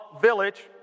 village